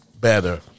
better